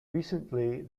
recently